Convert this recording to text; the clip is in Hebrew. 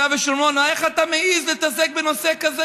ושומרון: איך אתה מעז להתעסק בנושא כזה?